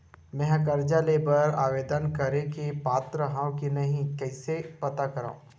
मेंहा कर्जा ले बर आवेदन करे के पात्र हव की नहीं कइसे पता करव?